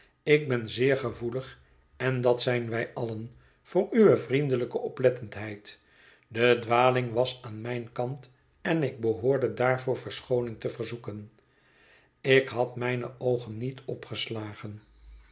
ik ben zeer gevoelig en dat zijn wij allen voor uwe vriendelijke oplettendheid de dwaling was aan mijn kant en ik behoorde daarvoor verschooning te verzoeken ik had mijne oogen niet opgeslagen